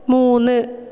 മൂന്ന്